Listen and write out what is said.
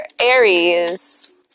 Aries